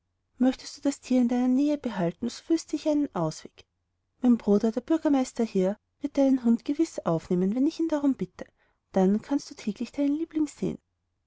möchtest du das tier gern in deiner nähe behalten so wüßte ich einen ausweg mein bruder der bürgermeister hier wird deinen hund gewiß aufnehmen wenn ich ihn darum bitte dann kannst du täglich deinen liebling sehen